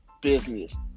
business